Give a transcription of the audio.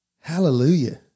Hallelujah